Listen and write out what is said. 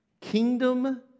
Kingdom